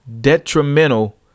detrimental